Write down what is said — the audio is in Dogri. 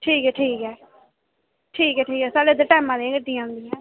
ठीक ऐ ठीक ऐ ठीक ऐ साढ़े इद्धर टैमा दियां गै गड्डियां आंदियां